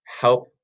help